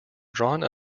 drawn